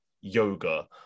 yoga